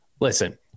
Listen